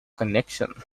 connection